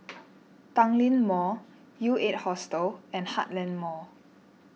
Tanglin Mall U eight Hostel and Heartland Mall